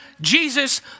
Jesus